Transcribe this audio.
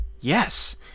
Yes